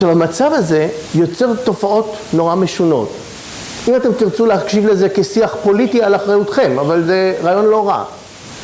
עכשיו, המצב הזה יוצר תופעות נורא משונות. אם אתם תרצו להקשיב לזה כשיח פוליטי על אחריותכם, אבל זה רעיון לא רע.